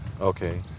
Okay